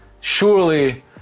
surely